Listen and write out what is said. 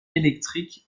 électrique